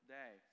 day